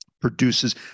produces